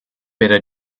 better